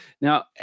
Now